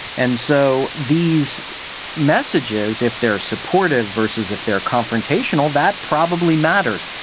and so these messages, if they are supportive versus if they are confrontational, that probably matters.